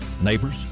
neighbors